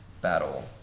battle